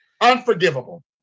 Unforgivable